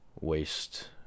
Waste